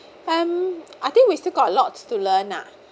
um I think we still got a lot to learn ah